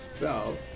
No